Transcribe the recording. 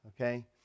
Okay